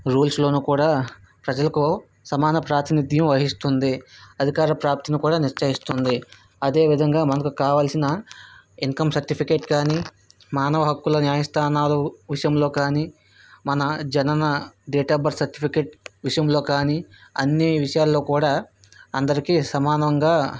రూల్స్లోను కూడా ప్రజలకు సమాన ప్రాతినిథ్యం వహిస్తుంది అధికార ప్రాప్తిని కూడా నిశ్చయిస్తుంది అదే విధంగా మనకు కావాల్సిన ఇన్కమ్ సర్టిఫికేట్ కానీ మానవ హక్కుల న్యాయస్థానాలు విషయంలో కానీ మన జనన డేట్ అఫ్ బర్త్ సర్టిఫికేట్ విషయంలో కానీ అన్ని విషయాల్లో కూడా అందరికీ సమానంగా